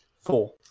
Four